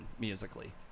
musically